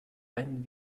ein